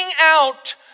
out